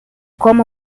como